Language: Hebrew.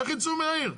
איך יצאו מהעיר?